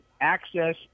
access